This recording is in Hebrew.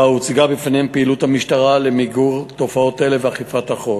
ובה הוצגה בפניהם פעילות המשטרה למיגור תופעות אלה ואכיפת החוק.